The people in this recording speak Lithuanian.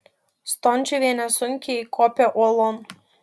stončiuvienė sunkiai kopė uolon